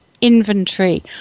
inventory